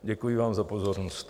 Děkuji vám za pozornost.